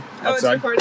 outside